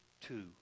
two